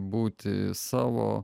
būti savo